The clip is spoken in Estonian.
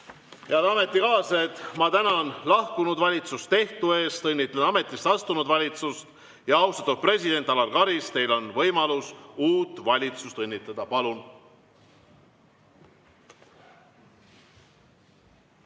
Head ametikaaslased, ma tänan lahkunud valitsust tehtu eest! Õnnitlen ametisse astunud valitsust. Austatud president Alar Karis, teil on võimalus uut valitsust õnnitleda. Palun!